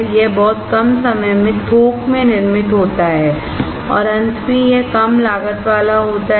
यह बहुत कम समय में बल्क में निर्मित होता है और अंत में यह कम लागत वाला होता है